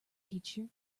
teacher